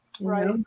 Right